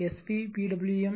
svpwm